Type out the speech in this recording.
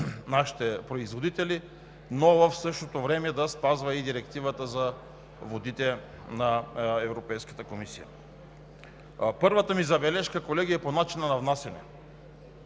нашите производители, но в същото време и да спазва Директивата за водите на Европейската комисия. Колеги, първата ми забележка е по начина на внасяне.